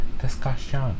discussion